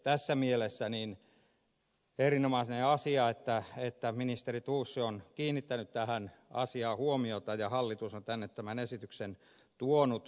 tässä mielessä on erinomainen asia että ministeri thors on kiinnittänyt tähän asiaan huomiota ja hallitus on tänne tämän esityksen tuonut